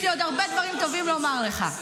יש לי עוד הרבה דברים טובים לומר לך.